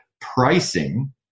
pricing